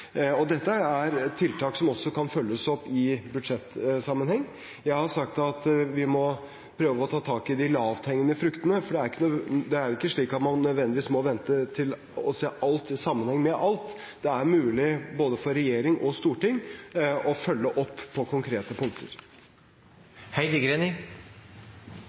og dette er tiltak som også kan følges opp i budsjettsammenheng. Jeg har sagt at vi må prøve å ta tak i de lavthengende fruktene, for det er jo ikke slik at man nødvendigvis må vente og se alt i sammenheng med alt. Det er mulig for både regjering og storting å følge opp på konkrete punkter.